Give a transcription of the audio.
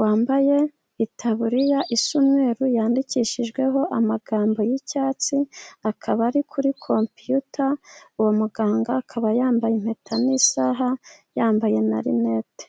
wambaye itaburiya isa umweru yandikishijweho amagambo y'icyatsi, akaba ari kuri kompiyuta, uwo muganga akaba yambaye impeta n'isaha, yambaye na rineti.